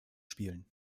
spielen